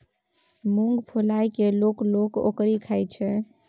मुँग फुलाए कय लोक लोक ओकरी खाइत छै